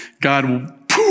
God